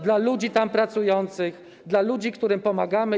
Dla ludzi tam pracujących, dla ludzi, którym pomagamy.